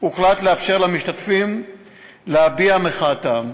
הוחלט לאפשר למשתתפים להביע את מחאתם.